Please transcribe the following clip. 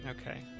Okay